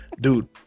dude